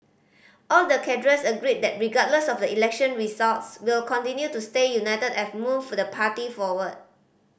all the cadres agree that regardless of the election results we'll continue to stay united and move for the party forward